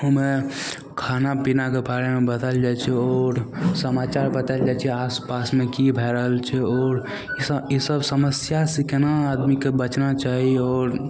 हमे खाना पिनाके बारेमे बताएल जाइ छै आओर समाचार बताएल जाइ छै आसपासमे कि भै रहल छै और ईसब समस्यासे कोना आदमीके बचना चाही आओर